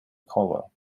caldwell